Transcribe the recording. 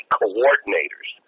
coordinators